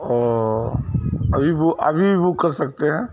اوہ ابھی ابھی بھی بک کر سکتے ہیں